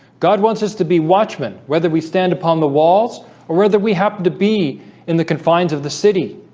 god wants us to be watchmen whether we stand upon the walls or whether we happen to be in the confines of the city